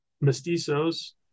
mestizos